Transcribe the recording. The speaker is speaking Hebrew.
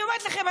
אני אומרת לכם,